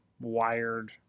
wired